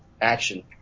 action